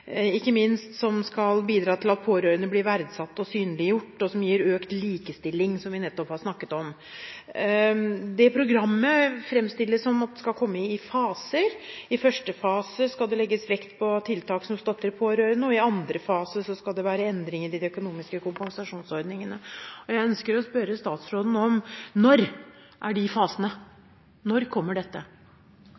blir verdsatt og synliggjort, og som gir økt likestilling, som vi nettopp har snakket om. Det programmet fremstilles som om det skal komme i faser. I første fase skal det legges vekt på tiltak som støtter pårørende, og i andre fase skal det være endringer i de økonomiske kompensasjonsordningene. Jeg ønsker å spørre statsråden: Når er de fasene?